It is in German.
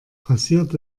passiert